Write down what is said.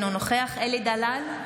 אינו נוכח אלי דלל,